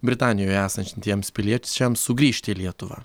britanijoje esanš tiems piliečiams sugrįžt į lietuvą